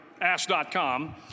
Ask.com